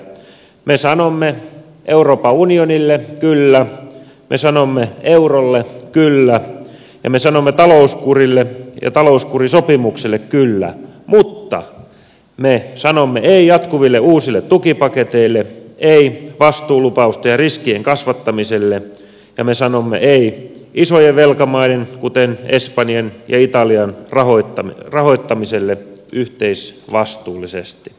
me sanomme euroopan unionille kyllä me sanomme eurolle kyllä ja me sanomme talouskurille ja talouskurisopimukselle kyllä mutta me sanomme ei jatkuville uusille tukipaketeille ei vastuulupausten ja riskien kasvattamiselle ja me sanomme ei isojen velkamaiden kuten espanjan ja italian rahoittamiselle yhteisvastuullisesti